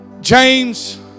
James